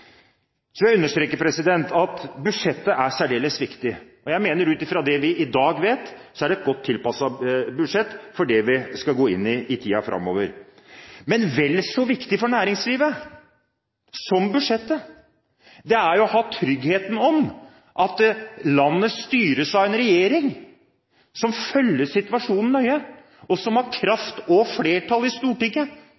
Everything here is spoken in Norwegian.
Så vil jeg understreke at budsjettet er særdeles viktig. Jeg mener ut fra det vi i dag vet, at det er et godt tilpasset budsjett for det vi skal gå inn i i tiden framover. Men vel så viktig for næringslivet som budsjettet er å ha tryggheten om at landet styres av en regjering som følger situasjonen nøye, og som har